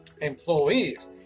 employees